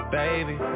baby